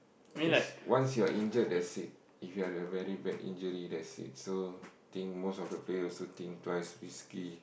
cause once you are injured that's it if you have a very bad injury that's it so think mostly of the players also think twice risky